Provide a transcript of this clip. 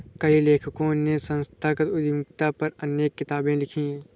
कई लेखकों ने संस्थागत उद्यमिता पर अनेक किताबे लिखी है